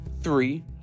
Three